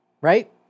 Right